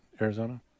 Arizona